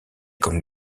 comme